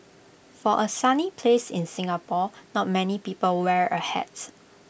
for A sunny place in Singapore not many people wear A hats